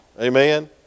Amen